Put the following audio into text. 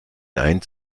eins